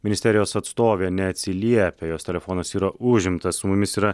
ministerijos atstovė neatsiliepia jos telefonas yra užimtas su mumis yra